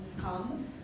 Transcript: come